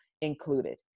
included